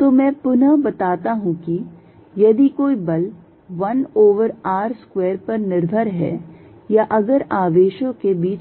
तो मैं पुनः बताता हूं कि यदि कोई बल 1 over r square पर निर्भर है या अगर आवेशों के बीच